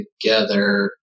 together